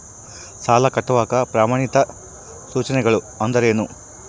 ಸಾಲ ಕಟ್ಟಾಕ ಪ್ರಮಾಣಿತ ಸೂಚನೆಗಳು ಅಂದರೇನು?